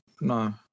No